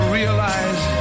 realize